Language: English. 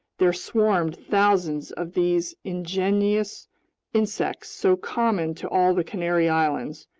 there swarmed thousands of these ingenious insects so common to all the canary islands,